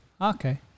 Okay